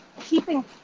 keeping